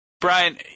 Brian